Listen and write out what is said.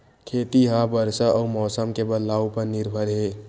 खेती हा बरसा अउ मौसम के बदलाव उपर निर्भर हे